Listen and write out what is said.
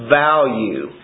value